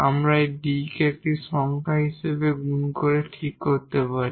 আমরা এই D কে একটি সংখ্যা হিসাবে বিবেচনা করে গুনকে ঠিক করতে পারি